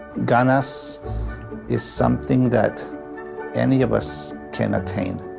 ganas is something that any of us can attain.